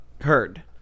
heard